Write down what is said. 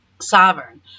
sovereign